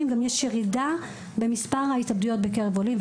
יש גם ירידה במספר ההתאבדויות בקרב עולים,